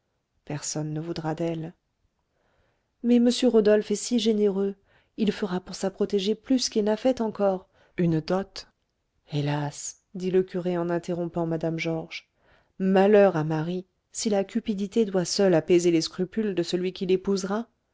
personne ne voudra d'elle mais m rodolphe est si généreux il fera pour sa protégée plus qu'il n'a fait encore une dot hélas dit le curé en interrompant mme georges malheur à marie si la cupidité doit seule apaiser les scrupules de celui qui l'épousera